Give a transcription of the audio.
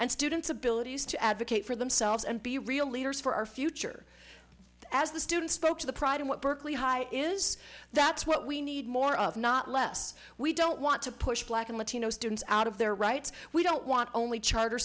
and students abilities to advocate for themselves and be real leaders for our future as the students spoke to the pride of what berkeley high is that's what we need more of not less we don't want to push black and latino students out of their rights we don't want only charter